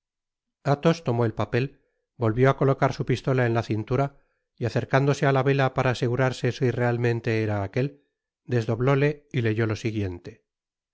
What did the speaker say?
athos tomó el papel volvió á colocar su pistola en la cintura y acercándose á la vela para asegurarse si realmente era aquel desdoblóle y leyó lo siguiente